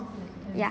ya